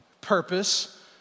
purpose